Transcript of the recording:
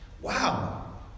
Wow